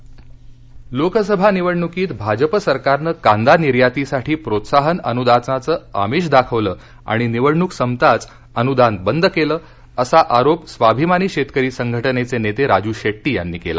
शेट्टी लोकसभा निवडणुकीत भाजप सरकारनं कांदा निर्यातीसाठी प्रोत्साहन अनुदानाचं आमिष दाखवलं आणि निवडणुक संपताच अनुदान बंद केलं असा आरोप स्वाभिमानी शेतकरी संघटनेचे नेते राजू शेट्टी यांनी केला